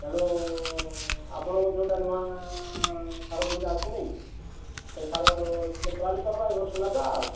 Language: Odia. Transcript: ତେଣୁ ଆପଣଙ୍କ ଯେଉଁଟା ନୁଆଁ ସାର ଯେଉଁଟା ଆସି ନାହିଁକି ସେ ସାର ଟିକିଏ ପ୍ଲାନ୍ କରିବା ଏ ବର୍ଷ ନେବା ଆଉ